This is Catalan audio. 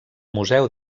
museu